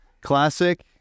Classic